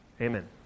amen